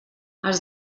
els